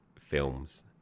films